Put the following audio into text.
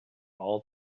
all